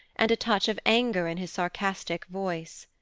and a touch of anger in his sarcastic voice.